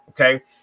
Okay